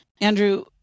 Andrew